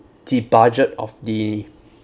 the budget of the